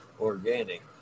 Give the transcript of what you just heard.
organic